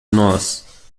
nós